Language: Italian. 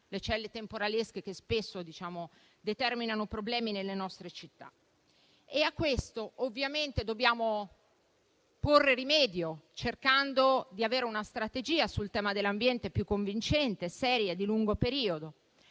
le celle temporalesche che spesso determinano problemi nelle nostre città. A questo ovviamente dobbiamo porre rimedio, cercando di avere sul tema dell'ambiente una strategia più convincente, seria e di lungo periodo.